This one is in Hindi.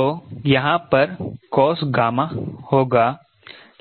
तो यहाँ पर cos होगा